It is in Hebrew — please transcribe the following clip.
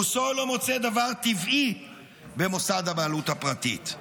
רוסו לא מוצא דבר טבעי במוסד הבעלות הפרטית.